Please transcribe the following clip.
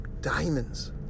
diamonds